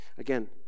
Again